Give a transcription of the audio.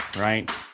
right